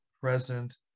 present